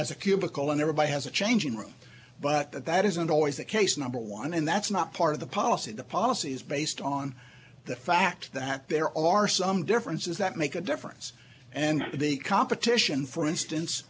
has a cubicle and everybody has a changing room but that that isn't always the case number one and that's not part of the policy the policy is based on the fact that there are some differences that make a difference and the competition for instance